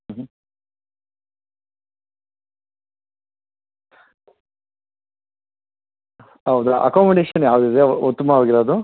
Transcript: ಹ್ಞೂ ಹ್ಞೂ ಹೌದಾ ಅಕೊಮೊಡೇಷನ್ ಯಾವುದಿದೆ ಉತ್ತಮವಾಗಿರೋದು